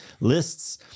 lists